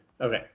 Okay